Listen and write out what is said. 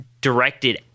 directed